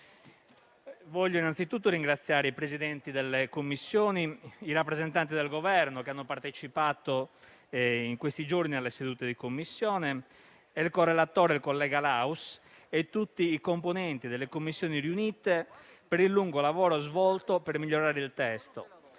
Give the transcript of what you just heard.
Desidero anzitutto ringraziare i Presidenti delle Commissioni, i rappresentanti del Governo che hanno partecipato in questi giorni alle sedute di Commissione, il correlatore, collega Laus, e tutti i componenti delle Commissioni riunite per il lungo lavoro svolto per migliorare il testo,